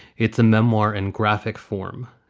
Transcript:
it's a memoir in graphic form.